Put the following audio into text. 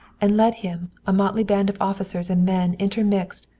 and led him, a motley band of officers and men intermixed,